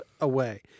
away